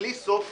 בלי סוף